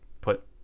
put